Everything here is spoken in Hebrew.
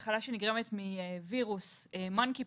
זו מחלה שנגרמת מווירוס monkeypox.